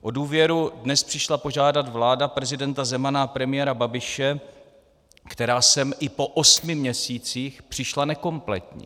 O důvěru dnes přišla požádat vláda prezidenta Zemana a premiéra Babiše, která sem i po osmi měsících přišla nekompletní.